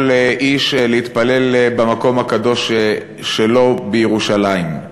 איש להתפלל במקום הקדוש שלו בירושלים.